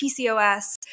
PCOS